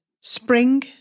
spring